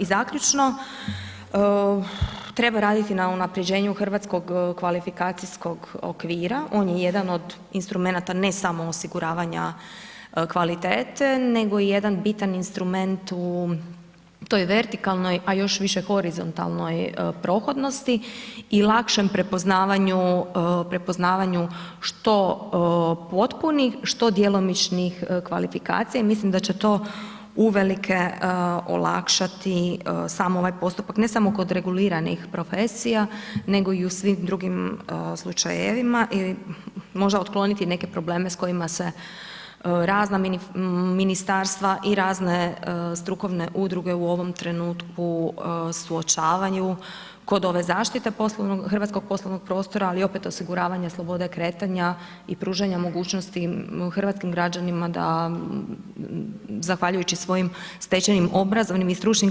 I zaključno, treba raditi na unapređenju hrvatskog kvalifikacijskog okvira, on je jedan od instrumenata ne samo osiguravanja kvalitete, nego i jedan bitan instrument u toj vertikalnoj, a još više horizontalnoj prohodnosti i lakšem prepoznavanju, prepoznavanju što potpunih, što djelomičnih kvalifikacija i mislim da će to uvelike olakšati sav ovaj postupak ne samo kod reguliranih profesija nego i u svim drugim slučajevima i možda otkloniti neke probleme s kojima se razna ministarstva i razne strukovne udruge u ovom trenutku suočavaju kod ove zaštite hrvatskog poslovnog prostora ali opet i osiguravanje slobode kretanja i pružanja mogućnosti hrvatskim građanima da zahvaljujući svojim stečenim obrazovnim i stručnim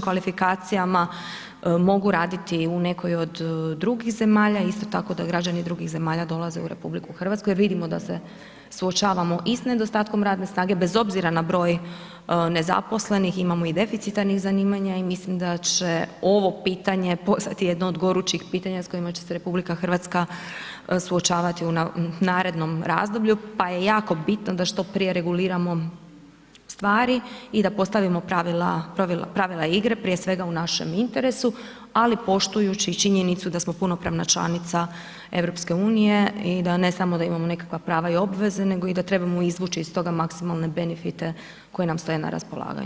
kvalifikacijama mogu raditi u nekoj od drugih zemalja, isto tako da građani drugih zemalja dolaze u RH jer vidimo da se suočavamo i sa nedostatkom radne snage bez obzira na broj nezaposlenih, imamo i deficitarnih zanimanja i mislim da će ovo pitanje postati jedno od gorućih pitanja s kojima će se RH suočavati u narednom razdoblju pa je jako bitno da što prije reguliramo stvari i da postavimo pravila igre prije svega u našem interesu ali poštujući činjenicu da smo punopravna činjenica i ne samo da imamo nekakva prava i obveze nego i da trebamo izvući iz toga maksimalne benefite koji nam stoje na raspolaganju.